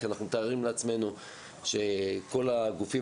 כי אנחנו מתארים לעצמנו שכל הגופים